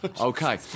Okay